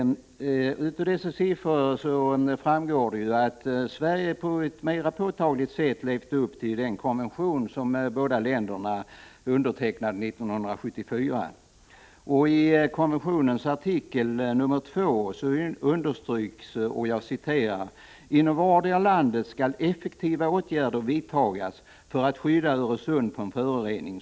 SEEN Av dessa siffror framgår att Sverige på ett mera påtagligt sätt levt upp till den konvention som de båda länderna undertecknade 1974. I konventionens artikel 2 understryks att ”inom vardera landet skall effektiva åtgärder vidtagas för att skydda Öresund från förorening”.